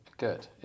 Good